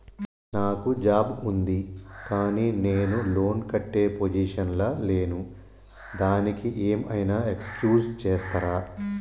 నాకు జాబ్ ఉంది కానీ నేను లోన్ కట్టే పొజిషన్ లా లేను దానికి ఏం ఐనా ఎక్స్క్యూజ్ చేస్తరా?